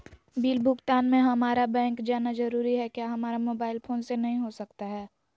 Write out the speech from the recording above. Bill भुगतान में हम्मारा बैंक जाना जरूर है क्या हमारा मोबाइल फोन से नहीं हो सकता है?